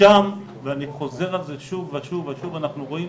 ושם, ואני חוזר על זה שוב ושוב ושוב, אנחנו רואים